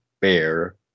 bear